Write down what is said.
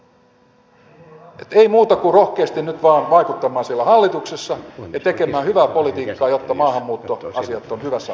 että ei muuta kuin rohkeasti nyt vain vaikuttamaan siellä hallituksessa ja tekemään hyvää politiikkaa jotta maahanmuuttoasiat ovat hyvässä hallinnassa